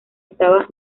estaba